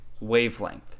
wavelength